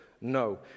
No